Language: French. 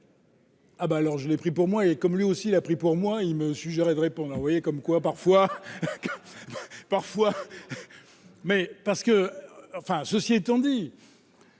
alors je l'ai pris pour moi et comme lui aussi l'a pris pour moi, il me suggérait de répondre ah vous voyez comme quoi, parfois, parfois, mais parce que enfin, ceci étant dit.